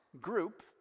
group